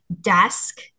desk